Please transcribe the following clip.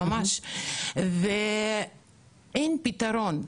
אין פתרון.